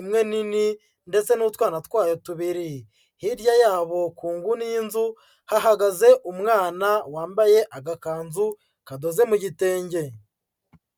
imwe nini ndetse n'utwana twayo tubiri, hirya yabo ku nguni y'inzu hahagaze umwana wambaye agakanzu kadoze mu gitenge.